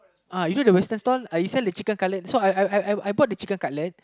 uh you know the Western stall uh they sell the chicken cutlet so I I I I I bought the chicken cutlet